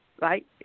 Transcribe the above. right